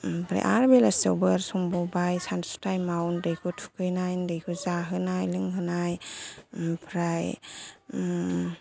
ओमफ्राइ आरो बेलासियावबो संबावबाय सानसु टाइम आव उन्दैखौ थुखैनाय उन्दैखौ जाहोनाय लोंहोनाय ओमफ्राइ